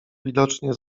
widocznie